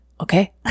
okay